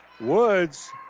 Woods